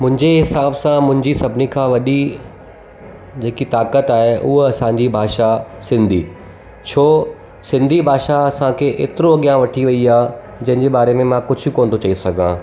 मुंहिंजे हिसाब सां मुंहिंजी सभिनी खां वॾी जेकी ताक़त आहे उहा असांजी भाषा सिंधी छो सिंधी भाषा असांखे एतिरो अॻियां वठी वई आहे जंहिंजे बारे में मां कुझु कोन थो चई सघां